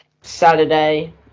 Saturday